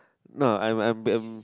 no I'm I'm I'm